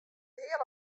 heal